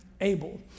Abel